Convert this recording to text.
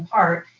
part,